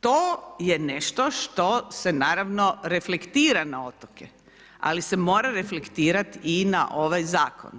To je nešto što se, naravno, reflektira na otoke, ali se mora reflektirati i na ovaj Zakon.